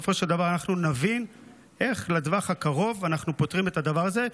שבסופו של דבר אנחנו נבין איך בטווח הקצר אנחנו פותרים את הדבר הזה.